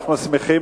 אנחנו שמחים.